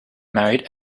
married